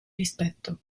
rispetto